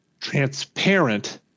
transparent